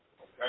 Okay